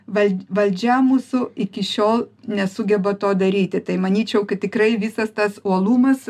valdė valdžia mūsų iki šiol nesugeba to daryti tai manyčiau kad tikrai visas tas uolumas